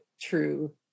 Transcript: true